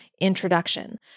introduction